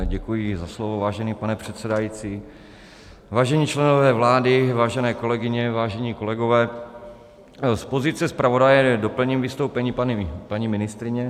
Děkuji za slovo, vážený pane předsedající, vážení členové vlády, vážené kolegyně, vážení kolegové, z pozice zpravodaje doplním vystoupení paní ministryně.